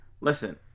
listen